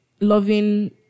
loving